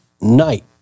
night